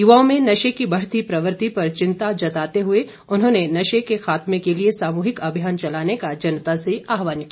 युवाओं में नशे की बढ़ती प्रवृत्ति पर चिंता जताते हुए उन्होंने नशे के खात्मे के लिए सामूहिक अभियान चलाने का जनता से आहवान किया